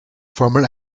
formel